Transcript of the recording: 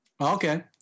Okay